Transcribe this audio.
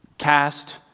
Cast